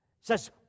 says